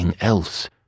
else